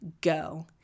go